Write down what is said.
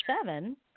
seven